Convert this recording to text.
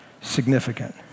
significant